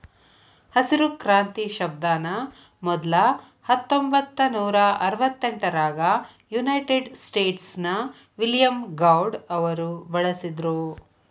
ಹಸಿರು ಕ್ರಾಂತಿ ಶಬ್ದಾನ ಮೊದ್ಲ ಹತ್ತೊಂಭತ್ತನೂರಾ ಅರವತ್ತೆಂಟರಾಗ ಯುನೈಟೆಡ್ ಸ್ಟೇಟ್ಸ್ ನ ವಿಲಿಯಂ ಗೌಡ್ ಅವರು ಬಳಸಿದ್ರು